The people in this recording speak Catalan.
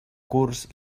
curs